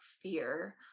fear